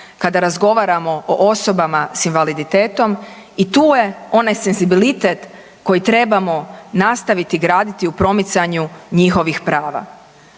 kada razgovaramo o osobama s invaliditetom i tu je onaj senzibilitet koji trebamo nastaviti graditi u promicanju njihovih prava.